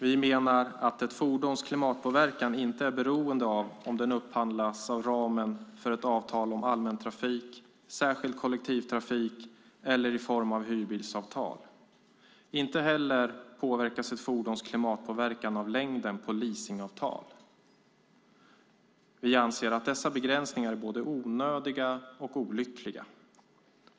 Vi menar att ett fordons klimatpåverkan inte är beroende av om det upphandlas inom ramen för ett avtal om allmän trafik, särskild kollektivtrafik eller i form av hyrbilsavtal. Inte heller påverkas ett fordons klimatpåverkan av längden på leasingavtalet. Vi anser att dessa begränsningar är både onödiga och olyckliga.